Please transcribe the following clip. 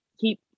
keep